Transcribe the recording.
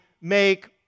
make